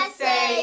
say